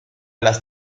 las